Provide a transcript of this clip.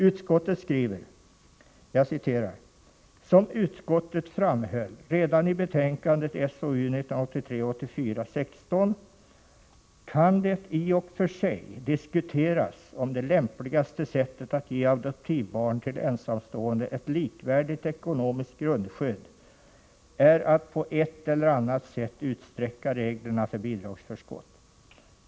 Utskottet skriver följande: ”Som utskottet framhöll redan i betänkande SoU 1983/84:16 kan det i och för sig diskuteras om det lämpligaste sättet att ge adoptivbarn till ensamstående ett likvärdigt ekonomiskt grundskydd är att på ett eller annat sätt utsträcka reglerna för bidragsförskott.